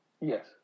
yes